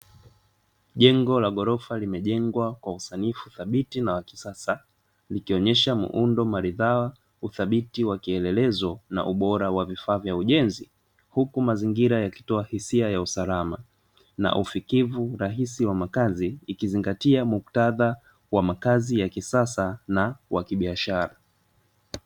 Jengo la ghorofa limejengwa kwa usanifu thabiti na wa kisasa, likionyesha muundo maridhawa, uthabiti wa kielelezo na ubora wa vifaa vya ujenzi, huku mazingira yakitoa hisia za usalama na ufikivu rahisi wa makazi ikizingatia muktadha wa makazi ya kisasa na wa kibiashara.